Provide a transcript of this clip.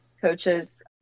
coaches